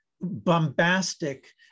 bombastic